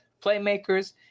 playmakers